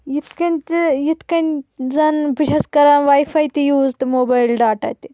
یِتھ کنۍ تہِ یِتھ کنۍ زن بہٕ چھس کران واے فاے تہِ یوٗز تہٕ موبایل ڈاٹا تہِ